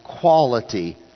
quality